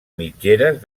mitgeres